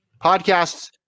podcasts